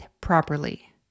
properly